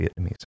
Vietnamese